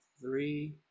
three